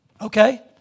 okay